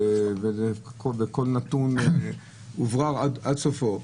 וכל נתון הוברר עד סופו,